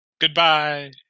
Goodbye